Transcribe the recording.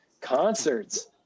concerts